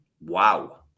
Wow